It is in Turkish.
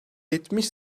yetmiş